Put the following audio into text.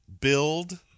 build